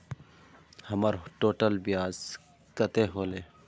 हमर टोटल ब्याज कते होले?